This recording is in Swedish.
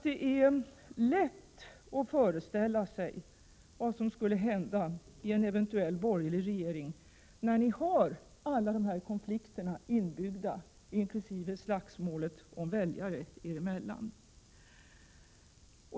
Det är lätt att föreställa sig vad som skulle hända i en eventuell borgerlig regering när ni har alla dessa konflikter inbyggda, inkl. slagsmålet om väljarna er emellan.